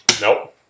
nope